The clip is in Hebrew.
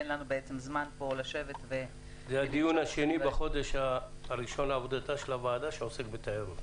זה הדיון השני בחודש הראשון לעבודתה של הוועדה שעוסק בתיירות.